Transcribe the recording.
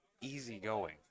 easygoing